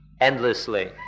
endlessly